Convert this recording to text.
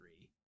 three